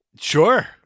Sure